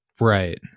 right